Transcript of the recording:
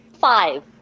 Five